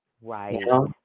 Right